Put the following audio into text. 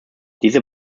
diese